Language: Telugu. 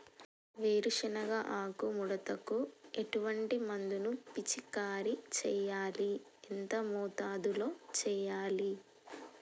వేరుశెనగ ఆకు ముడతకు ఎటువంటి మందును పిచికారీ చెయ్యాలి? ఎంత మోతాదులో చెయ్యాలి?